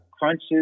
crunches